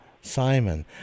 Simon